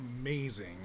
amazing